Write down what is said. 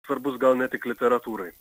svarbus gal ne tik literatūrai